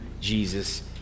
Jesus